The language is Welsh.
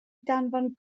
danfon